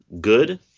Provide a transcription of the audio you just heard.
good